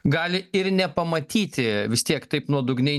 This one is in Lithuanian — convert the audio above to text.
gali ir nepamatyti vis tiek taip nuodugniai